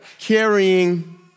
carrying